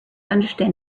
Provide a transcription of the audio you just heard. understand